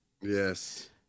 Yes